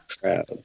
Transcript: crowd